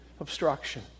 obstruction